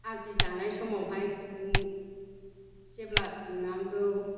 आदि दानाय समावहाय खुन्दुं जेब्ला थुननांगौ